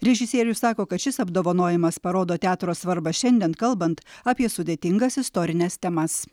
režisierius sako kad šis apdovanojimas parodo teatro svarbą šiandien kalbant apie sudėtingas istorines temas